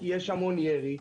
כי יש המון ירי?